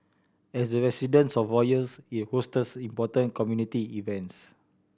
as the residence of royals it hosts important community events